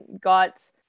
got